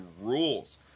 rules